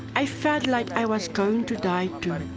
i felt like i was going to die, too.